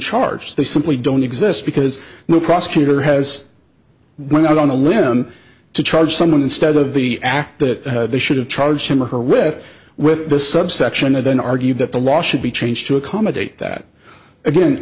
charged they simply don't exist because the prosecutor has gone out on a limb to charge someone instead of the act that they should have charged him or her with with the subsection and then argue that the law should be changed to accommodate that again